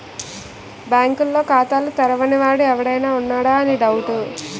బాంకుల్లో ఖాతాలు తెరవని వాడు ఎవడైనా ఉన్నాడా అని డౌటు